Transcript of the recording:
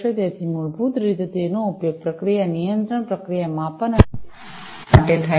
તેથી મૂળભૂત રીતે તેનો ઉપયોગ પ્રક્રિયા નિયંત્રણ પ્રક્રિયા માપન અને તેથી વધુ માટે થાય છે